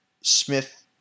Smith